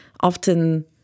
often